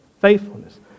Faithfulness